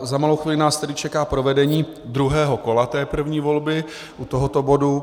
Za malou chvíli nás tedy čeká provedení druhého kola té první volby u tohoto bodu.